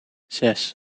zes